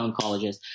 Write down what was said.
oncologist